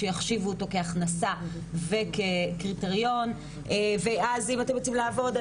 שיחשיבו אותו כהכנסה וכקריטריון ואז אם אתם יוצאים לעבוד,